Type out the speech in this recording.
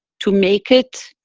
to make it,